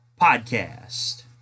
podcast